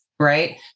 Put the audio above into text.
right